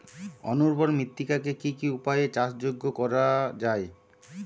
অনুর্বর মৃত্তিকাকে কি কি উপায়ে চাষযোগ্য করা যায়?